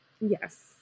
Yes